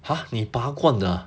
哈你拔罐的 ah